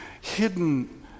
hidden